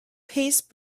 pace